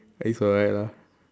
it's alright lah